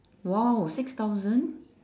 !wow! six thousand